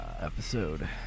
episode